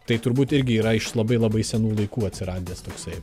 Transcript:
tai turbūt irgi yra iš labai labai senų laikų atsiradęs toksai